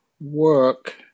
work